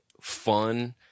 fun